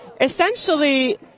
essentially